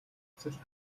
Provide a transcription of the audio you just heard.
хүсэл